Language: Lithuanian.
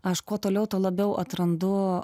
aš kuo toliau tuo labiau atrandu